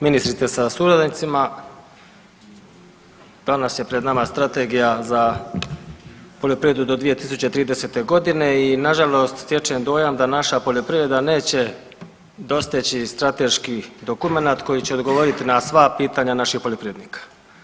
Ministrice sa suradnicima, danas je pred nama Strategija za poljoprivredu do 2030. g. i nažalost stječem dojam da naša poljoprivreda neće dosteći strateški dokumenat koji će odgovoriti na sva pitanja naših poljoprivrednika.